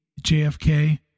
JFK